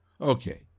Okay